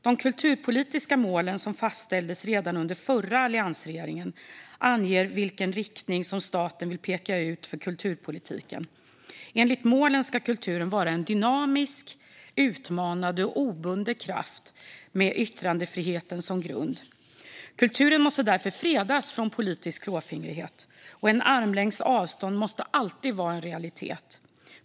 De kulturpolitiska målen, som fastställdes redan under den förra alliansregeringen, anger vilken riktning staten vill peka ut för kulturpolitiken. Enligt målen ska kulturen vara en dynamisk, utmanande och obunden kraft med yttrandefriheten som grund. Kulturen måste därför fredas från politisk klåfingrighet, och en armlängds avstånd måste alltid vara en realitet.